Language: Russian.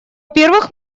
первых